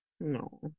No